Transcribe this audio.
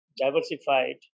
diversified